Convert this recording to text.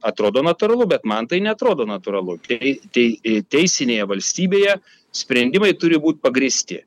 atrodo natūralu bet man tai neatrodo natūralu tei tei teisinėje valstybėje sprendimai turi būt pagrįsti